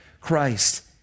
Christ